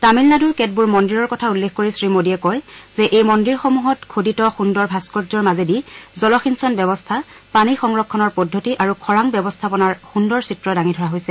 তামিলনাডুৰ কেতবোৰ মন্দিৰৰ কথা উল্লেখ কৰি শ্ৰীমোডীয়ে কয় যে এই মন্দিৰসমূহত খোদিত সুন্দৰ ভাস্থৰ্যৰ মাজেদি জলসিঞ্চন ব্যৱস্থা পানী সংৰক্ষণৰ পদ্ধতি আৰু খৰাং ব্যৱস্থাপনাৰ সুন্দৰ চিত্ৰ দাঙি ধৰা হৈছে